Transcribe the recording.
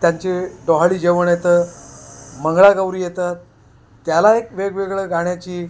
त्यांचे डोहाळे जेवण येतं मंगळगौरी येतं त्याला एक वेगवेगळं गाण्याची